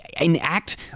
enact